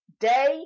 Day